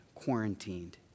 quarantined